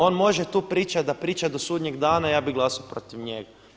On može tu pričat da priča do sudnjeg dana ja bih glasao protiv njega.